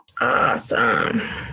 Awesome